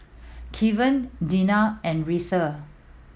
Kevan Dina and Retha